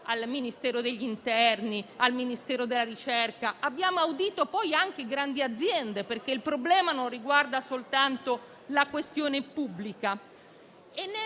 al Ministero degli interni e al Ministero della ricerca. Abbiamo udito poi anche grandi aziende, perché il problema non riguarda soltanto il settore pubblico.